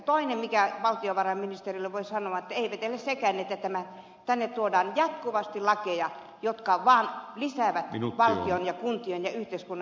toinen minkä valtiovarainministeriölle voin sanoa että ei vetele sekään että tänne tuodaan jatkuvasti lakeja jotka vaan lisäävät valtion ja kuntien ja yhteiskunnan menoja